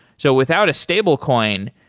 so without a stable coin,